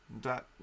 dot